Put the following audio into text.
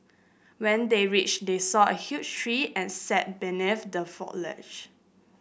when they reached they saw a huge tree and sat beneath the foliage